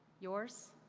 yours?